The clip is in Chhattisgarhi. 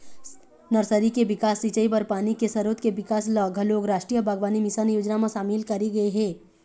नरसरी के बिकास, सिंचई बर पानी के सरोत के बिकास ल घलोक रास्टीय बागबानी मिसन योजना म सामिल करे गे हे